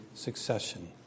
Succession